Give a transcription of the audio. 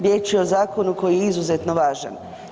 Riječ je o zakonu koji je izuzetno važan.